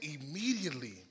immediately